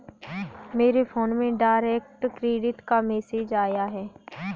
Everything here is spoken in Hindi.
मेरे फोन में डायरेक्ट क्रेडिट का मैसेज आया है